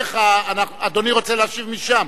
אדוני רוצה להשיב משם?